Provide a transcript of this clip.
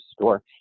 store